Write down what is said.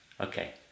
Okay